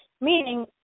meaning